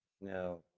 Now